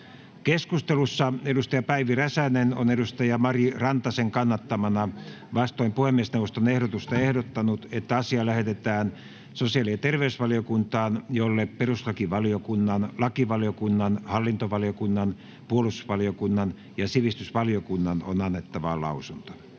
Keskustelussa edustaja Päivi Räsänen on edustaja Mari Rantasen kannattamana vastoin puhemiesneuvoston ehdotusta ehdottanut, että asia lähetetään sosiaali- ja terveysvaliokuntaan, jolle perustuslakivaliokunnan, lakivaliokunnan, hallintovaliokunnan, puolustusvaliokunnan ja sivistysvaliokunnan on annettava lausunto.